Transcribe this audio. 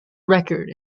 record